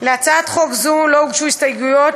להצעת חוק זו לא הוגשו הסתייגויות,